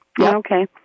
Okay